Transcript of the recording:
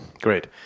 Great